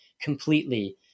completely